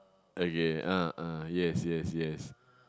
okay ah ah yes yes yes